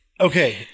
Okay